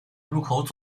入口